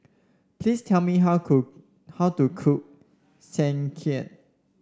please tell me how cook how to cook Sekihan